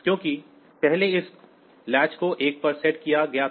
क्योंकि पहले इस लैच को 1 पर सेट किया गया था